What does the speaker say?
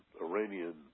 Iranian